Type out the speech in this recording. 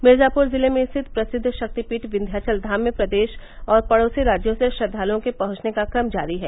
मिर्जापुर जिले में स्थित प्रसिद्ध शक्तिपीठ विन्ध्याचल धाम में प्रदेश और पड़ोसी राज्यों से श्रद्वालुओं के पहुंचने का क्रम जारी है